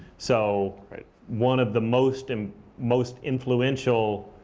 so one of the most and most influential